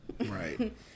Right